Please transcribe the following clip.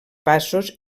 passos